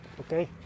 Okay